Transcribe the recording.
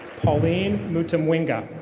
pauline mutomwinga.